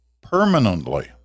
permanently